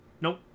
Nope